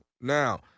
Now